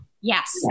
Yes